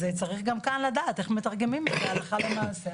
אז צריך גם כאן לדעת איך מתרגמים את זה הלכה למעשה.